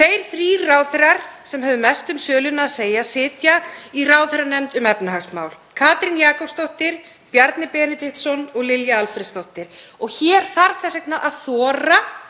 Þeir þrír ráðherrar sem höfðu mest um söluna að segja sitja í ráðherranefnd um efnahagsmál; Katrín Jakobsdóttir, Bjarni Benediktsson og Lilja Alfreðsdóttir. Hér þarf því að þora